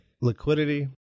liquidity